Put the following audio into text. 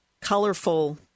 colorful